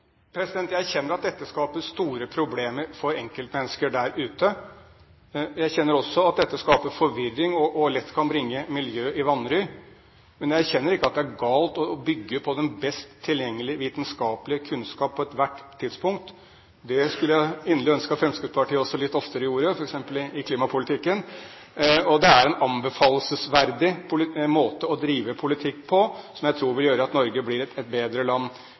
Jeg erkjenner at dette skaper store problemer for enkeltmennesker der ute. Jeg erkjenner også at dette skaper forvirring og lett kan bringe miljøpolitikk i vanry, men jeg erkjenner ikke at det er galt å bygge på den best tilgjengelige vitenskapelige kunnskap på ethvert tidspunkt. Det skulle jeg inderlig ønske at Fremskrittspartiet også gjorde litt oftere, f.eks. i klimapolitikken. Det er en anbefalelsesverdig måte å drive politikk på som jeg tror vil gjøre at Norge blir et bedre land.